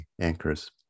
anchors